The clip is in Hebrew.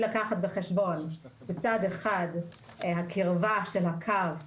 לקחת בחשבון מצד אחד את הקרבה של הקו לישובים,